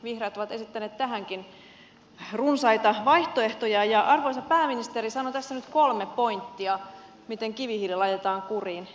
vihreät ovat esittäneet tähänkin runsaita vaihtoehtoja ja arvoisa pääministeri sanoi nyt kolme pointtia miten kivihiili laitetaan kuriin